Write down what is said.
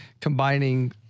combining